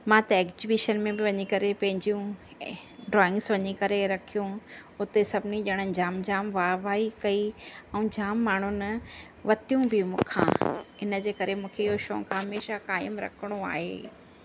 मां त ऐक्जिबिशन में बि वञी करे पंहिंजियूं ड्राइंग्स वञी करे रखियूं हुते सभिनी ॼणण जाम जाम वाह वाई कई ऐं जाम माण्हुनि वठितियूं बि मूंखा इन जे करे मूंखे इहो शौक़ु हमेशा क़ाइमु रखिणो आहे